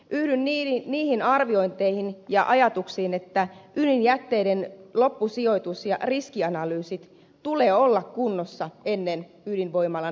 yhdyn niihin arviointeihin ja ajatuksiin että ydinjätteiden loppusijoitus ja riskianalyysien tulee olla kunnossa ennen ydinvoimalan lupapäätöksiä